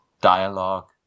dialogue